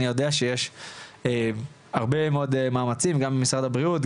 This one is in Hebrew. אני יודע שיש הרבה מאוד מאמצים גם ממשרד הבריאות,